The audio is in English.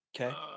Okay